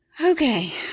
Okay